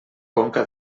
conca